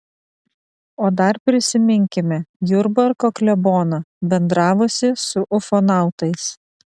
o dar prisiminkime jurbarko kleboną bendravusį su ufonautais